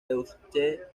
deutsche